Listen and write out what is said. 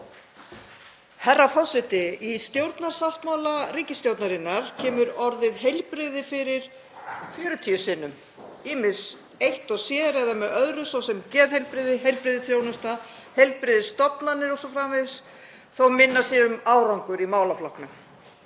Herra forseti. Í stjórnarsáttmála ríkisstjórnarinnar kemur orðið heilbrigði fyrir 40 sinnum, ýmis eitt og sér eða með öðru, svo sem geðheilbrigði, heilbrigðisþjónusta, heilbrigðisstofnanir o.s.frv., þótt minna sé um árangur í málaflokknum.